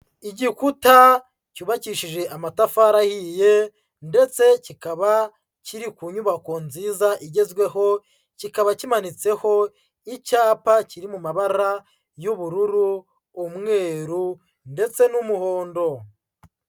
Igikuta cyubakishije amatafari ahiye, ndetse kikaba kiri ku nyubako nziza igezweho, kikaba kimanitseho icyapa kiri mu mabara y'ubururu, umweru ndetse n'umuhondo.